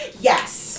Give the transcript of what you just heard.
Yes